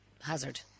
hazard